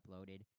uploaded